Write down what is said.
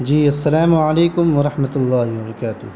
جی السلام علیکم و ررحمتہ اللہ و برکاتہ